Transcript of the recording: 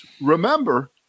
Remember